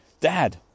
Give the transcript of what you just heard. Dad